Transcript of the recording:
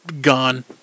gone